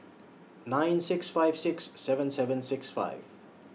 nine six five six seven seven six five